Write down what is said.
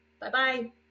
Bye-bye